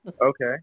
Okay